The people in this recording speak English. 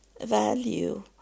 value